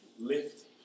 Lift